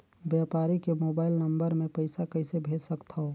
व्यापारी के mobile number मे पईसा कइसे भेज सकथव?